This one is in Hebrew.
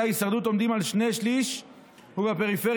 ההישרדות עומדים על שני-שלישים ובפריפריה,